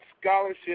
scholarship